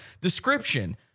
description